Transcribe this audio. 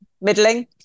middling